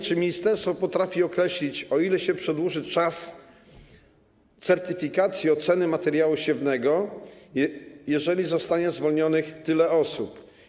Czy ministerstwo potrafi określić, o ile się przedłuży czas oceny i certyfikacji materiału siewnego, jeżeli zostanie zwolnionych tyle osób?